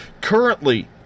currently